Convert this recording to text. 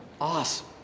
Awesome